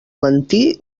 mentir